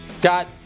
got